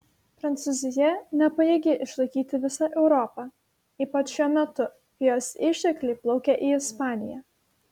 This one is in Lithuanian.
prancūzija nepajėgi išlaikyti visą europą ypač šiuo metu kai jos ištekliai plaukia į ispaniją